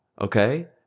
Okay